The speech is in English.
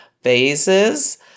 phases